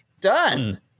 Done